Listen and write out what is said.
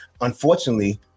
unfortunately